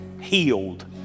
healed